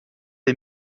est